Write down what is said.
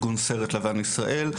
ארגון סרט לבן בישראל,